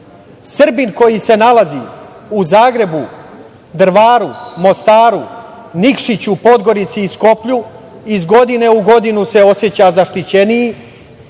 Srbin koji se nalazi u Zagrebu, Drvaru, Mostaru, Nikšiću, Podgorici i Skoplju iz godine u godinu se oseća zaštićeniji. Svi